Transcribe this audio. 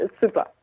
super